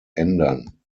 ändern